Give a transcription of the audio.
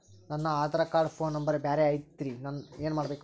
ನನ Aadhaar card phone number ಬ್ಯಾರೆ ಐತ್ರಿ ಏನ ಮಾಡಬೇಕು?